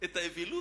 את האווילות,